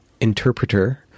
interpreter